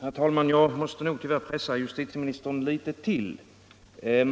Herr talman! Jag måste nog tyvärr pressa justitieministern litet till.